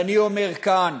ואני אומר כאן: